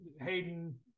Hayden